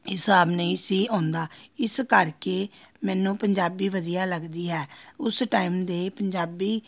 ਹਿਸਾਬ ਨਹੀਂ ਸੀ ਆਉਂਦਾ ਇਸ ਕਰਕੇ ਮੈਨੂੰ ਪੰਜਾਬੀ ਵਧੀਆ ਲੱਗਦੀ ਹੈ ਉਸ ਟਾਈਮ ਦੇ ਪੰਜਾਬੀ